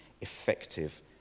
effective